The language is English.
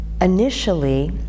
initially